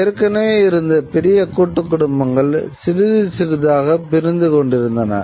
ஏற்கனவே இருந்த பெரிய கூட்டுக் குடும்பங்கள் சிறிது சிறிதாக பிரிந்து கொண்டிருந்தன